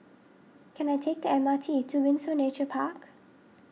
can I take the M R T to Windsor Nature Park